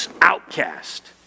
outcast